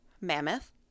Mammoth